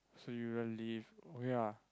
so you wanna leave okay ah